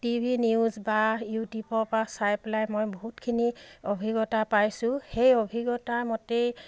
T V news বা ইউটিউবৰপৰা চাই পেলাই মই বহুতখিনি অভিজ্ঞতা পাইছোঁ সেই অভিজ্ঞতাৰ মতেই